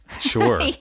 Sure